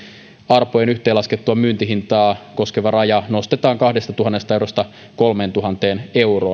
arpojen yhteenlaskettua myyntihintaa koskeva raja nostetaan kahdestatuhannesta eurosta kolmeentuhanteen euroon